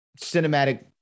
cinematic